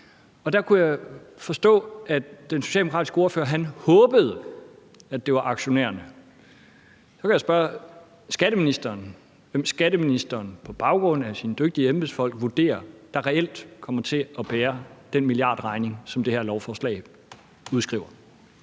Der kunne jeg forstå, at den socialdemokratiske ordfører håbede, at det var aktionærerne. Så kan jeg spørge skatteministeren, hvem skatteministeren på baggrund af sine dygtige embedsfolk vurderer reelt kommer til at bære den milliardregning, som det her lovforslag udskriver.